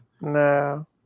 No